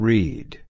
Read